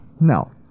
No